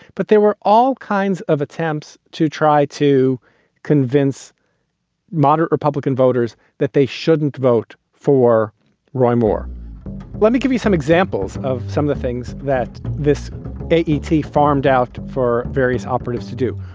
but there were all kinds of attempts to try to convince moderate republican voters that they shouldn't vote for roy moore let me give you some examples of some of the things that this eighty farmed out for various operatives to do.